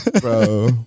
Bro